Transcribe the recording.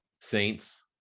saints